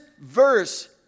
verse